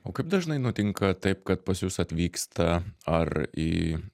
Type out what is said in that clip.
o kaip dažnai nutinka taip kad pas jus atvyksta ar į